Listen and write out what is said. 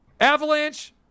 avalanche